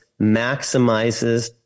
maximizes